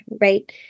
right